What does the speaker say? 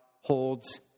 holds